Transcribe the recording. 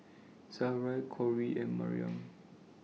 Sarai Cory and Maryam